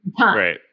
Right